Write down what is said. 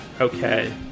okay